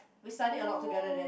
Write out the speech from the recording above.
we studied a lot together then